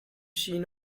seen